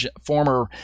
former